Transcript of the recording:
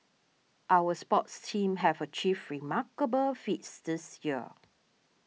our sports teams have achieved remarkable feats this year